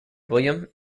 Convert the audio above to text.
william